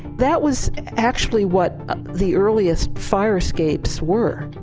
that was actually what the earliest fire escapes were.